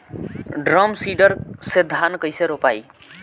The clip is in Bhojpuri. ड्रम सीडर से धान कैसे रोपाई?